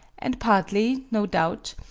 and partly, no doubt,